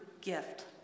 gift